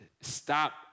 stop